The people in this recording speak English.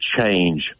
change